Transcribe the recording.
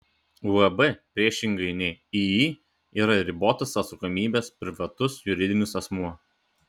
uab priešingai nei iį yra ribotos atsakomybės privatus juridinis asmuo